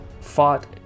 fought